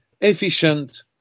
efficient